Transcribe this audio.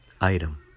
item